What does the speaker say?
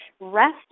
rest